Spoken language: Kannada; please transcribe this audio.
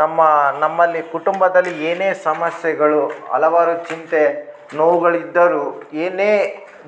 ನಮ್ಮ ನಮ್ಮಲ್ಲಿ ಕುಟುಂಬದಲಿ ಏನೇ ಸಮಸ್ಯೆಗಳು ಹಲವಾರು ಚಿಂತೆ ನೋವುಗಳಿದ್ದರು ಏನೇ